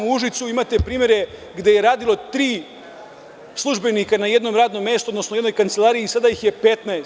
U Užicu imate primere, gde je radilo tri službenika na jednom radnom mestu, odnosno u jednoj kancelariji i sada ih je 15.